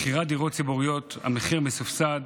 מכירת דירות ציבוריות במחיר מסובסד,